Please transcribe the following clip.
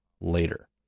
later